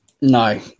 No